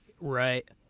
Right